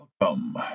Welcome